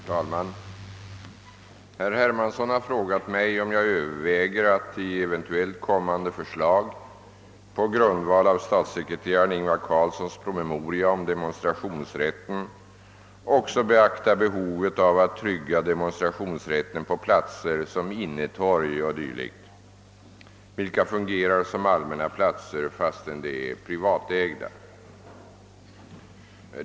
Herr talman! Herr Hermansson har frågat mig om jag överväger att i eventuellt kommande förslag på grundval av statssekreteraren Ingvar Carlssons PM om demonstrationsrätten även beakta behovet av att trygga demonstrationsrätten på platser som innetorg o. d., vilka fungerar som allmänna platser fastän de är privatägda.